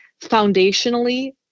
foundationally